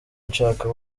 nshaka